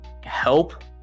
help